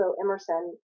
Emerson